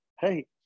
hey